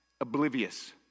Oblivious